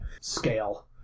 scale